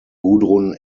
gudrun